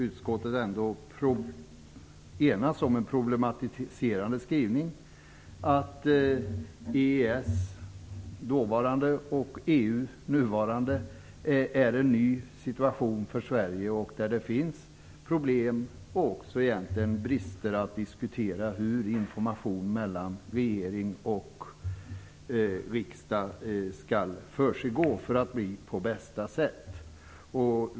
Utskottet har där enats om en problematiserande skrivning. Dåvarande EES-avtal och nuvarande medlemskap i EU innebär en ny situation för Sverige. Det finns problem och egentligen också brister att diskutera när det gäller hur information mellan regering och riksdag skall försiggå för att det skall bli på bästa sätt.